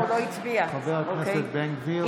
חבר הכנסת בן גביר?